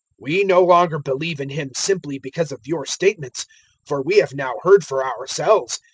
we no longer believe in him simply because of your statements for we have now heard for ourselves,